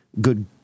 good